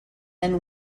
and